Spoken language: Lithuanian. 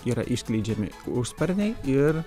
yra išleidžiami užsparniai ir